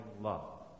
love